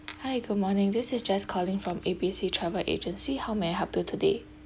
hi good morning this is jess calling from A B C travel agency how may I help you today